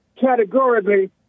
categorically